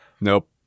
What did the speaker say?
Nope